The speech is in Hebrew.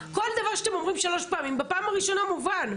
כל דבר שאתם אומרים שלוש פעמים בפעם הראשונה מובן.